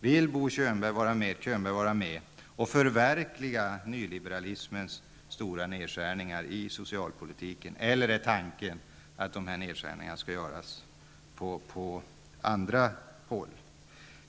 Vill Bo Könberg vara med och förverkliga nyliberalismens stora nedskärningar i socialpolitiken, eller är tanken att dessa nedskärningar skall göras på andra håll?